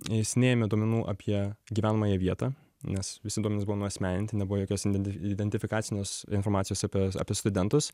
jis neėmė duomenų apie gyvenamąją vietą nes visi duomenys buvo nuasmeninti nebuvo jokios iden identifikacinės informacijos apie apie studentus